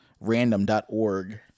random.org